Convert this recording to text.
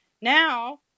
now